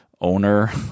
owner